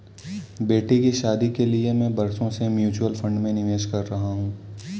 बेटी की शादी के लिए मैं बरसों से म्यूचुअल फंड में निवेश कर रहा हूं